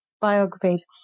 biographies